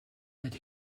that